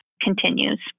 continues